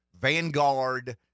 Vanguard